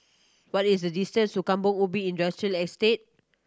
what is the distance to Kampong Ubi Industrial Estate